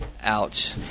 Ouch